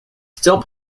still